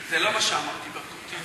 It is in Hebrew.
זה לא מה שאמרתי, ברקו,